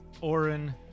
Oren